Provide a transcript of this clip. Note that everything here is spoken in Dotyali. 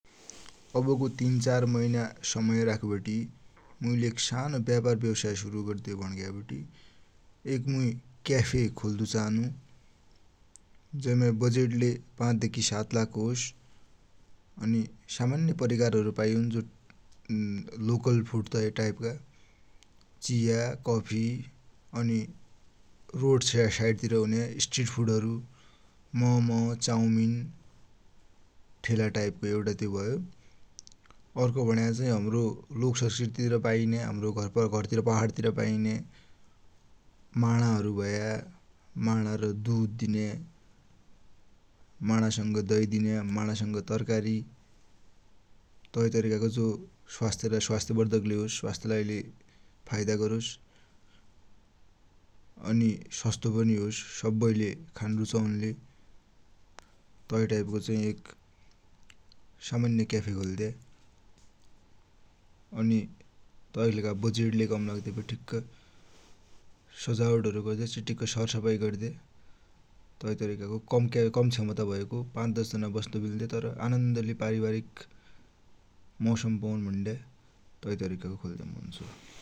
अवको तीन चार मैना समय राखिवटी मुइ एक सानो व्यापार व्यवसाय सुरु गद्यौ भुणिग्यावटी एक मुई क्याफे खोल्लु चाहनु । जैमा बजेटलै पाचँ देखि सात लाख होस् । अनि सामान्य परिकारहरु पाइउन्, लोकल फुड तै टाइपका, चिया, कफि, अनि रोड साइडतिर हुन्या स्ट्रिट फुडहरु, मम, चाउमिन ठेला टाइपको एउटा तो भयो । अर्खो भुण्याचाही हमरो लोकसस्कृतितिर पाइन्या हमरो घरतिर पहाडतिर पाइन्या माडाहरु भया, माडा र दुध दिन्या, माडासंग दहि दिन्या, माडासंग तरकारी, तै तरिकाको जो स्वास्थ्यलाई स्वास्थ्यबर्धकलै हौ, स्वास्थ्यलाई फाइदालै गरोस्, अनि सस्तो पनि होस्, सब्बैले खान रुचाउन्लै, तै टाइपको चाही एक सामान्य क्याफे खोल्द्या, अनि तैकी लेखा बजेटलै कम लाग्द्या भ्यो, ठिक्क सजावटहरु गद्या, चिटिक्क सरसफाई गद्या, तै तरिकाको कम क्षमता भयोको, पाँच दश जना बस्सु मिल्या तर आनन्दले पारिवारिक मौसम पौन भुण्या तै तरिकाको खोल्या मन छ ।